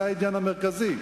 זה העניין המרכזי.